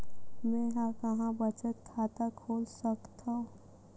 मेंहा कहां बचत खाता खोल सकथव?